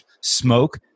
smoke